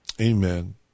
Amen